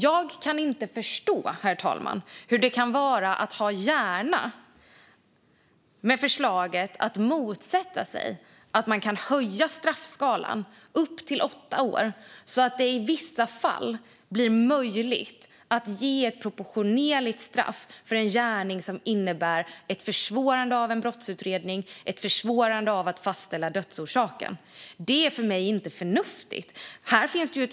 Jag kan inte förstå, herr talman, hur det kan vara att ha hjärna att motsätta sig att man kan höja straffskalan upp till åtta år, så att det i vissa fall blir möjligt att ge ett proportionerligt straff för en gärning som innebär ett försvårande av en brottsutredning och ett försvårande av fastställande av dödsorsaken. Det är för mig inte förnuftigt.